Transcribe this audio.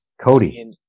Cody